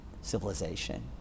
civilization